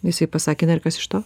jisai pasakė na ir kas iš to